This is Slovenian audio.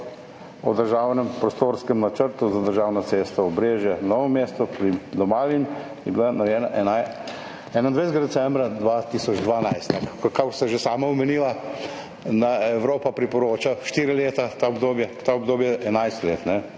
o državnem prostorskem načrtu za državno cesto Obrežje–Novo mesto do Malin je bila narejena 21. decembra 2012. Kakor ste že sami omenili, Evropa priporoča štiri leta, to obdobje je 11 let.